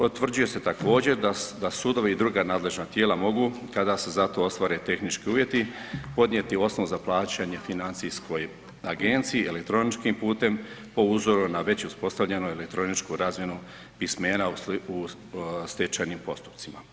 Utvrđuje se također da sudovi i druga nadležna tijela mogu kada se za to ostvare tehnički uvjeti podnijeti osnov za plaćanje financijskoj agenciji i elektroničkim putem po uzoru na već uspostavljenu elektroničku razinu pismena u stečajnim postupcima.